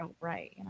right